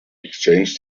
exchanged